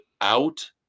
out